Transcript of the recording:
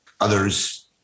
Others